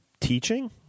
teaching